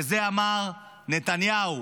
וזה אמר נתניהו,